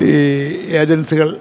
ഈ ഏജൻസികൾ